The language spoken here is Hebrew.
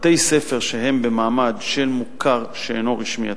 בתי-ספר שהם במעמד של מוכר שאינו רשמי,